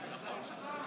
נכון.